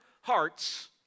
hearts